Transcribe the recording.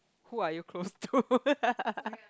who are you close to